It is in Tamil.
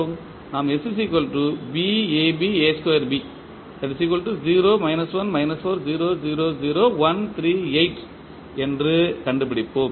நாம் என்று கண்டு பிடிப்போம்